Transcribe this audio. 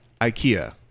IKEA